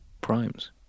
primes